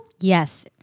Yes